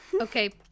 okay